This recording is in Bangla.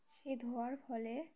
সেই ধোঁয়ার ফলে